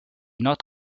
not